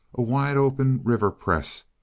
a wide-open river press,